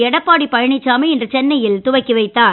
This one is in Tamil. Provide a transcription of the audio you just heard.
எடப்பாடி பழனிச்சாமி இன்று சென்னையில் துவக்கி வைத்தார்